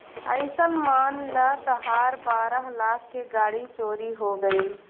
अइसन मान ल तहार बारह लाख के गाड़ी चोरी हो गइल